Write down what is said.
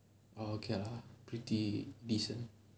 orh okay lah pretty decent